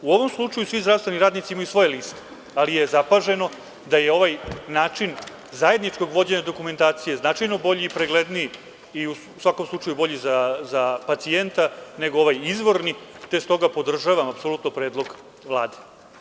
U ovom slučaju svi zdravstveni radnici imaju svoje liste, ali je zapaženo da je ovaj način zajedničkog vođenja dokumentacije bolji i pregledniji i u svakom slučaju bolji za pacijenta, nego ovaj izvorni, stoga podržavam apsolutno predlog Vlade.